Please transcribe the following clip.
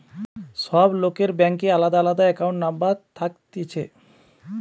সব লোকের ব্যাংকে আলদা আলদা একাউন্ট নম্বর থাকতিছে